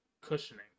cushioning